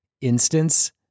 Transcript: instance